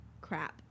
crap